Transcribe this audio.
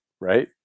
right